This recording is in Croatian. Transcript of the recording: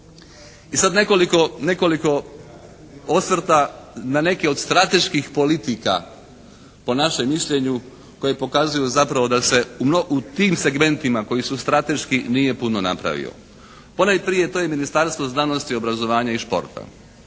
I sad nekoliko osvrta na neki od strateških politika po našem mišljenju koje pokazuju zapravo da se u tim segmentima koji su strateški nije puno napravio. Ponajprije to je Ministarstvo znanosti, obrazovanja i športa.